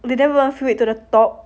they never even fill it to the top